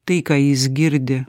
tai ką jis girdi